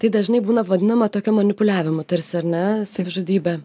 tai dažnai būna vadinama tokia manipuliavimu tarsi ar ne savižudybe